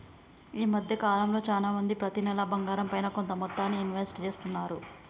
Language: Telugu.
ఈ మద్దె కాలంలో చానా మంది ప్రతి నెలా బంగారంపైన కొంత మొత్తాన్ని ఇన్వెస్ట్ చేస్తున్నారు